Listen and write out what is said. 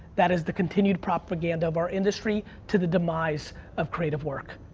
that is the continued propaganda of our industry to the demise of creative work.